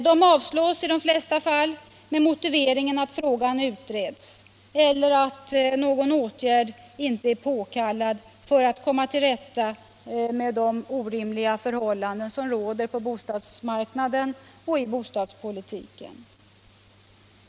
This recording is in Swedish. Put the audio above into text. De avstyrks i de flesta fall med motiveringen att frågan utreds eller att någon åtgärd inte är påkallad för att komma till rätta med de orimliga förhållanden som råder på bostadsmarknaden och i bostadspolitiken.